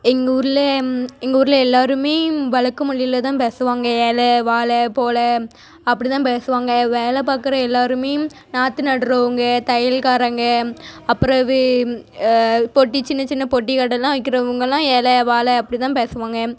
எங்கள் ஊரில் எங்கள் ஊரில் எல்லாருமே வழக்கு மொழியில் தான் பேசுவாங்க ஏலே வாலே போலே அப்படி தான் பேசுவாங்க வேலை பார்க்குற எல்லாருமே நாற்று நட்டுறவங்க தையல்காரங்க அப்பரவு பெட்டி சின்ன சின்ன பெட்டி கடைலாம் வைக்குறவங்கலாம் ஏலே வாலே அப்படி தான் பேசுவாங்க